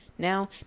Now